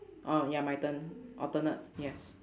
orh ya my turn alternate yes